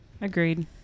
Agreed